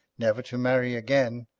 never to marry again,